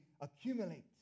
accumulate